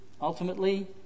Ultimately